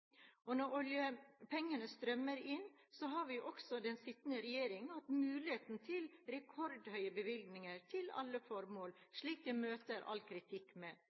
Og når oljepengene strømmer inn, har også den sittende regjering hatt muligheten til «rekordhøye bevilgninger» til alle formål – slik de møter all kritikk med.